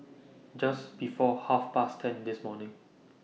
Just before Half Past ten This morning